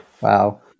Wow